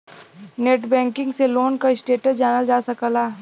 net banking से loan क status जानल जा सकला